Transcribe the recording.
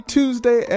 Tuesday